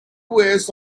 ways